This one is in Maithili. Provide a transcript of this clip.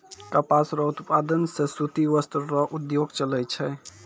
कपास रो उप्तादन से सूती वस्त्र रो उद्योग चलै छै